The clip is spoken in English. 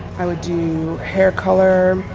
i would do hair color,